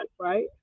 right